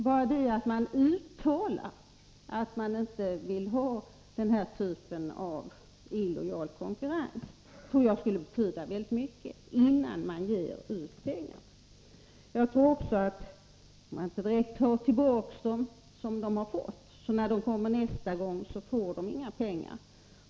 Bara det att man, innan man ger ut pengar, uttalar att man inte vill ha den här typen av illojal konkurrens tror jag skulle betyda väldigt mycket. Även om man inte direkt tar tillbaka de pengar som de fått, så bör det vara så att de nästa gång de kommer inte får några pengar.